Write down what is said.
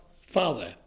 Father